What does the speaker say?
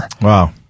Wow